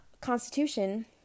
Constitution